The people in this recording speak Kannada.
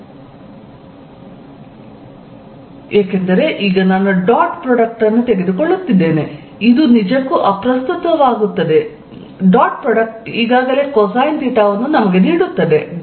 rr p4π0r3 ಏಕೆಂದರೆ ಈಗ ನಾನು ಡಾಟ್ ಪ್ರಾಡಕ್ಟ್ ಅನ್ನು ತೆಗೆದುಕೊಳ್ಳುತ್ತಿದ್ದೇನೆ ಆದ್ದರಿಂದ ಇದು ನಿಜಕ್ಕೂ ಅಪ್ರಸ್ತುತವಾಗುತ್ತದೆ ಡಾಟ್ ಪ್ರಾಡಕ್ಟ್ ಈಗಾಗಲೇ ಕೊಸೈನ್ ಥೀಟಾ ವನ್ನು ನೀಡುತ್ತದೆ